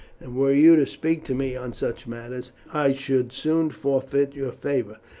and were you to speak to me on such matters i should soon forfeit your favour.